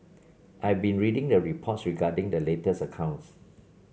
I have been reading the reports regarding the latest accounts